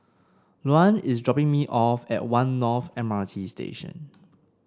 Luann is dropping me off at One North M R T Station